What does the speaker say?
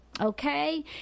okay